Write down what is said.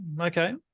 okay